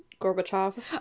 gorbachev